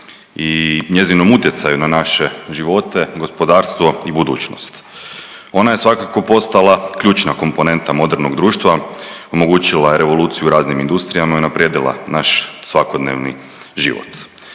i njezinom utjecaju na naše živote, gospodarstvo i budućnost. Ona je svakako postala ključna komponenta modernog društva, omogućila je revoluciju raznim industrijama i unaprijedila naš svakodnevni život.